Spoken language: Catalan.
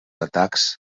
atacs